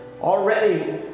already